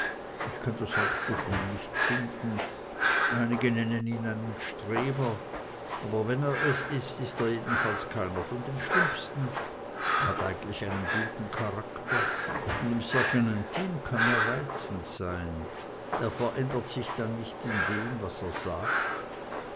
ich kann das auch so schlimm nicht finden einige nennen ihn einen streber aber wenn er es ist ist er jedenfalls keiner von den schlimmsten er hat eigentlich einen guten charakter und im cercle intime kann er reizend sein er verändert sich dann nicht in dem was er sagt